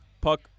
puck